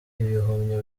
ibihumyo